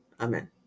Amen